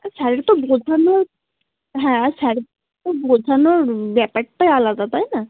আর স্যারের তো বোঝানোর হ্যাঁ আর স্যারের তো বোঝানোর ব্যাপারটাই আলাদা তাই না